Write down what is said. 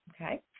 Okay